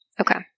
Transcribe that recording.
Okay